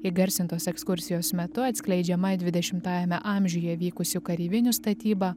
įgarsintos ekskursijos metu atskleidžiama dvidešimtajame amžiuje vykusių kareivinių statyba